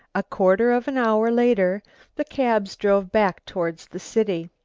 a quarter of an hour later the cabs drove back toward the city.